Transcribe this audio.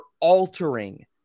altering